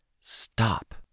stop